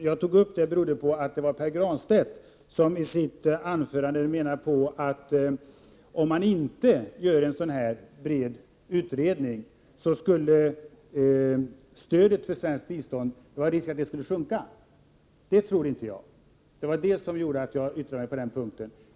Jag tog upp den frågan därför att Pär Granstedt, som framgår av hans anförande, menade att det fanns en risk för att stödet till svenskt bistånd skulle minska om man inte har en bred utredning. Men det tror inte jag och därför yttrade jag mig på den punkten.